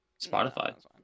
Spotify